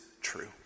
true